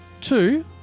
two